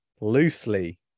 loosely